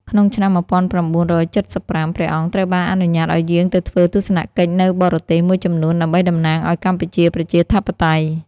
ក្នុងចុងឆ្នាំ១៩៧៥ ព្រះអង្គត្រូវបានអនុញ្ញាតឱ្យយាងទៅធ្វើទស្សនកិច្ចនៅបរទេសមួយចំនួនដើម្បីតំណាងឱ្យកម្ពុជាប្រជាធិបតេយ្យ។